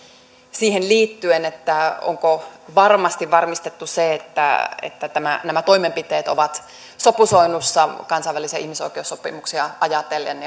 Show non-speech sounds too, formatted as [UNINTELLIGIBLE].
siihen liittyen onko varmasti varmistettu se että että nämä toimenpiteet ovat sopusoinnussa kansainvälisiä ihmisoikeussopimuksia ajatellen [UNINTELLIGIBLE]